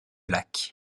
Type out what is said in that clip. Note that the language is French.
lacs